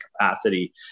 capacity